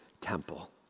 temple